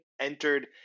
entered